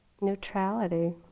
neutrality